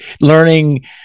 learning